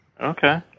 Okay